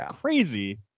crazy